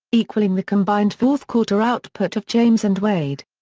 equaling the combined fourth-quarter output of james and wade.